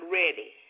ready